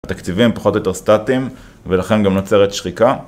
התקציבים פחות או יותר סטטים ולכן גם נוצרת שחיקה